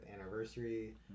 anniversary